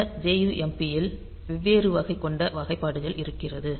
இந்த jump ல் வெவ்வேறு வகை கொண்ட வகைப்பாடுகள் இருக்கிறது